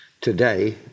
today